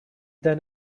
then